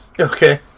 Okay